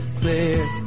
clear